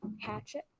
Hatchet